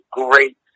great